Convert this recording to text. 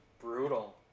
brutal